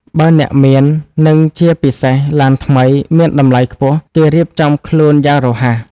បើអ្នកមាននិងជាពិសេសឡានថ្មី មានតម្លៃខ្ពស់ គេរៀបចំខ្លួនយ៉ាងរហ័ស ។